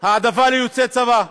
העדפה ליוצאי צבא,